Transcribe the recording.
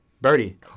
Birdie